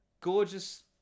gorgeous